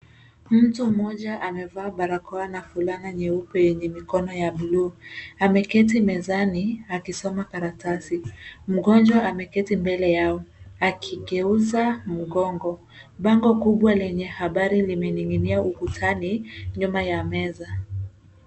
Mtu mmoja anavaa barakoa na fulana nyeupe yenye mikono ya buluu. Ameketi mezani akisoma karatasi. Mgonjwa ameketi mbele yao akigeuza mgongo. Bango kubwa lenye habari limening'inia ukutani nyuma ya meza.